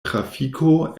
trafiko